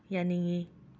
ꯌꯥꯅꯤꯡꯉꯤ